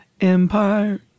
Empire